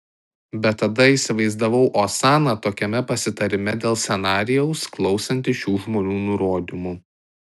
bet tada įsivaizdavau osaną tokiame pasitarime dėl scenarijaus klausantį šių žmonių nurodymų